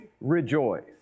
rejoice